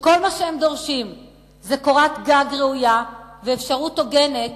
כל מה שהם דורשים זו קורת גג ראויה ואפשרות הוגנת